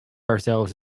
ourselves